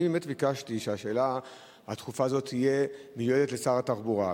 אני באמת ביקשתי שהשאלה הדחופה הזאת תהיה מיועדת לשר התחבורה.